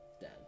dead